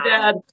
dad